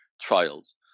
trials